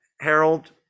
Harold